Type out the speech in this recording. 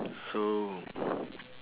so